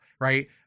right